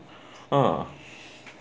oh